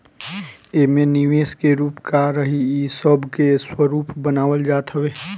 एमे निवेश के रूप का रही इ सब के स्वरूप बनावल जात हवे